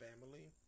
family